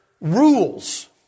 rules